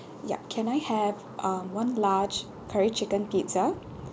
ya can I have uh one large curry chicken pizza